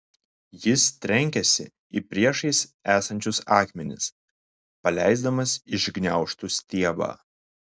jis trenkėsi į priešais esančius akmenis paleisdamas iš gniaužtų stiebą